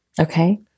Okay